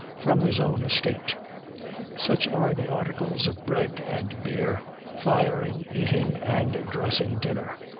from his own estate such are the articles of bread and beer, firing, eating and dressing dinner.